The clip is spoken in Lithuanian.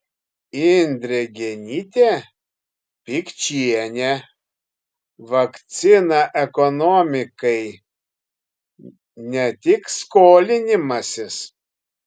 indrė genytė pikčienė vakcina ekonomikai ne tik skolinimasis